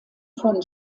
von